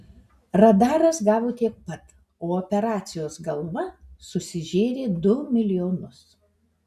radaras gavo tiek pat o operacijos galva susižėrė du milijonus